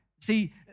See